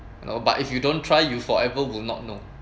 you know but if you don't try you forever would not know